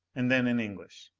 and then in english.